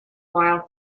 weyl